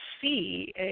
see